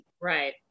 Right